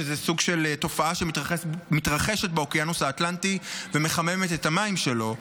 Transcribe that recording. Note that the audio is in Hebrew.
סוג של תופעה שמתרחשת באוקיאנוס האטלנטי ומחממת את המים שלו,